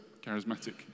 charismatic